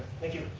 thank you.